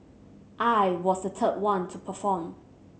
I was the third one to perform